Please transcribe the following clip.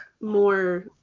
more